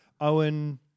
Owen